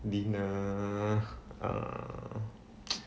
dinner err